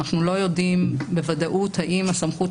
אנחנו לא יודעים בוודאות האם הסמכות